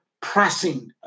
pressing